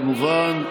כמובן,